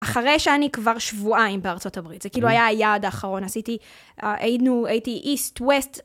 אחרי שאני כבר שבועיים בארצות הברית, זה כאילו היה היעד האחרון, עשיתי, היינו הייתי איסט ווסט.